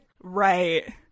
Right